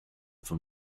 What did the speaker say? from